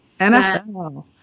NFL